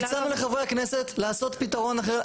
והצענו לחברי הכנסת לעשות פתרון אחר.